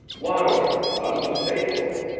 louder, unmistakable.